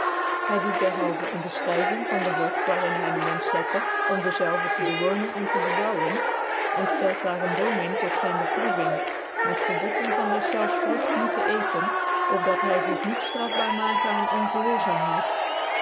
hy doet dcrhalven een befchryving van den hof waar in hy den menfch zette om dezelve te bewonen cn te bebouwen cn ftclt daar een boom in tot zyn beproeving met verbod om van dcflclfs vrugt niet te ceten opdat hy zig niet ftrafbaar makc aan ongehoorzaamheid